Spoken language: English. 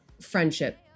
friendship